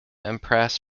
impress